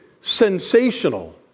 sensational